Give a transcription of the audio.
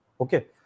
okay